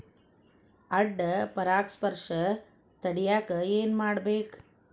ಅಡ್ಡ ಪರಾಗಸ್ಪರ್ಶ ತಡ್ಯಾಕ ಏನ್ ಮಾಡ್ಬೇಕ್?